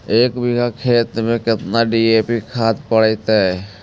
एक बिघा खेत में केतना डी.ए.पी खाद पड़तै?